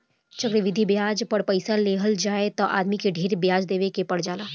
चक्रवृद्धि ब्याज पर पइसा लेवल जाए त आदमी के ढेरे ब्याज देवे के पर जाला